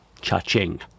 Cha-ching